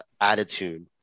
attitude